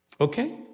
Okay